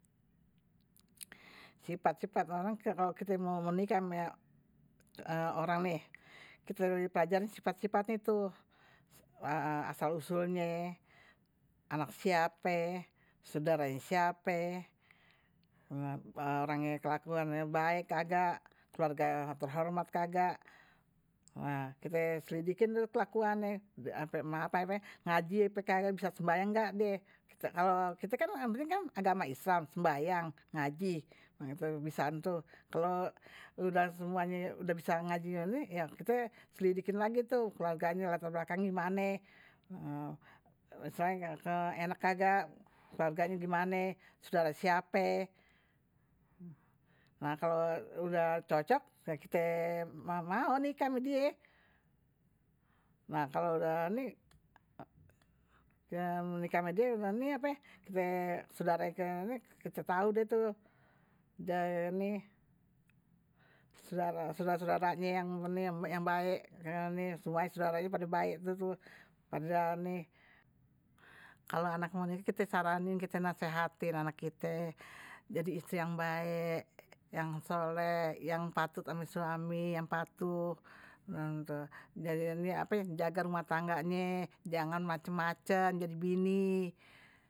Sifat sifat orang kalo kite mau nikan ama orang nih, kite pelajarin sifat sifatnye tuh. asal usulnye, anak siape, sodaranye siape, orangnye kelakuannye baek kagak, keluarga terhormat kagak kite selidikin tuh kelakuannye, ampe ngaji ape kagak bisa sembahnyang kagak die, kalo kite kan yang penting agama islam, sembahyang ngaji. udah bisa ntu. kalo semuanye udah bisa ngaji nih, kite selidikin lagi tuh keluarganye latar belakangnye gimane, enak kagak keluarganye gimane, sodara siape. nah kalo udah cocok kite, mau nikah ama die, nah kalo udah nih saudara saudara suudaranye yang baek, saudara saudaranye pada baek, kalua anak mau nikah kite saranin kite nasehatin anak kite, jadi istri yang baek, yang soleh yang patuh ama suami yang patuh jaga rumah tangganye jangan macem macem jadi bini.